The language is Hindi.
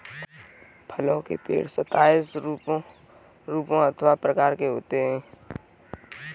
फलों के पेड़ सताइस रूपों अथवा प्रकार के होते हैं